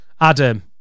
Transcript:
adam